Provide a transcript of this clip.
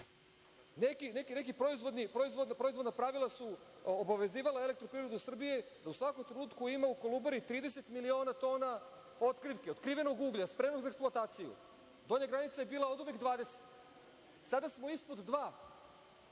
proizvodna pravila su obavezivala „Elektroprivredu Srbije“ da u svakom trenutku ima u Kolubari 30 miliona tona otkrivke, otkrivenog uglja, spremnog za eksploataciju. Donja granica je oduvek bila 20. Sada smo ispod dva.